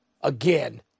Again